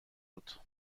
بود